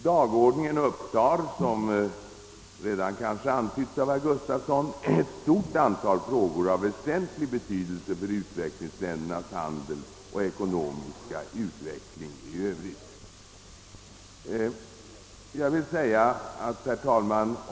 tar, som kanske redan antytts av herr Gustafson, ett stort antal frågor av väsentlig betydelse för utvecklingsländernas handel och ekonomiska utveckling i övrigt. Herr talman!